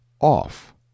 OFF